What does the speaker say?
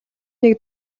нэг